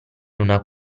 una